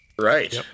Right